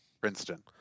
princeton